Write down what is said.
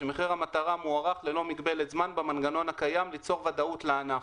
שמחיר המטרה מוארך ללא מגבלת זמן במנגנון הקיים ליצור ודאות לענף,